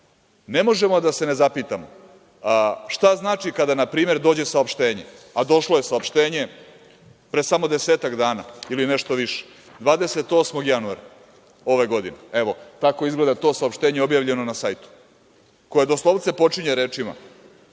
ne možemo a da se ne zapitamo šta znači kada npr. dođe saopštenje, a došlo je saopštenje pre samo desetak dana ili nešto više, 28. januara ove godine, evo tako izgleda to saopštenje objavljeno na sajtu, koje doslovce počinje rečima: